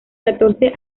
catorce